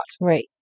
Right